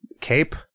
Cape